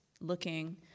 looking